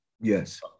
Yes